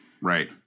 right